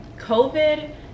COVID